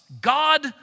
God